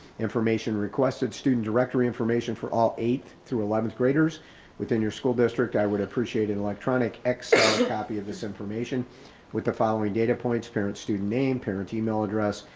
information requested, student directory information for all eight through eleventh graders within your school district. i would appreciate it electronic exo copy of this information with the following data points parents, student name, parents email address,